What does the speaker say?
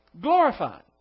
Glorified